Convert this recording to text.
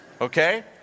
Okay